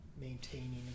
maintaining